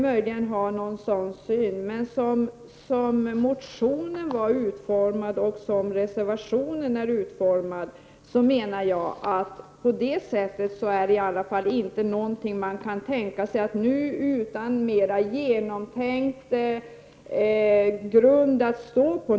Men som motionen och reservationen är utformade kan man inte säga att det finns en genomtänkt grund att stå på för att åstadkomma detta.